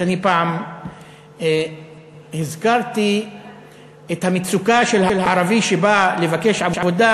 שאני פעם הזכרתי את המצוקה של הערבי שבא לבקש עבודה,